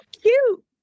cute